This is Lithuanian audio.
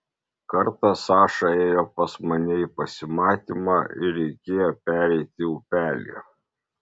kartą saša ėjo pas mane į pasimatymą ir reikėjo pereiti upelį